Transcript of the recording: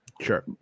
Sure